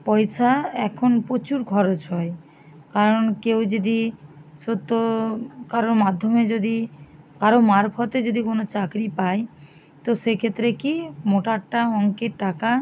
পয়সা এখন প্রচুর খরচ হয় কারণ কেউ যদি সদ্য কারোর মাধ্যমে যদি কারোর মারফতে যদি কোনো চাকরি পায় তো সেক্ষেত্রে কি মোটাটা অংকের টাকা